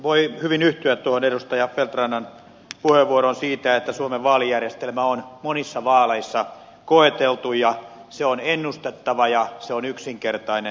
voin hyvin yhtyä tuohon edustaja feldt rannan puheenvuoroon siitä että suomen vaalijärjestelmä on monissa vaaleissa koeteltu ja se on ennustettava ja se on yksinkertainen